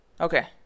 Okay